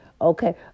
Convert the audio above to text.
Okay